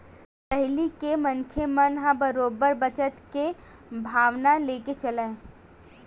पहिली के मनखे मन ह बरोबर बचत के भावना लेके चलय